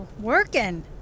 working